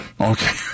Okay